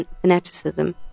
fanaticism